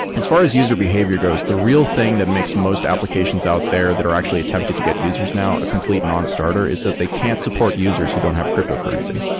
as far as user behavior goes, the real thing that makes most applications out there that are actually attempted to get users now a complete nonstarter is that they can't support users who don't have cryptocurrency,